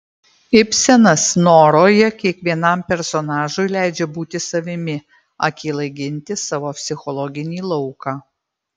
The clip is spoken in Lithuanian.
ibsenas noroje kiekvienam personažui leidžia būti savimi akylai ginti savo psichologinį lauką